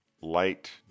light